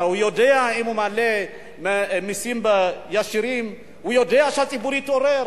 אם הוא מעלה מסים ישירים הוא יודע שהציבור יתעורר,